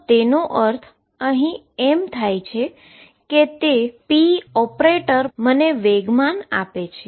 તો તેનો અર્થ અહી એમ થાય છે કે તે pop મને મોમેન્ટમ આપે છે